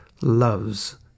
loves